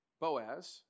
Boaz